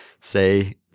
say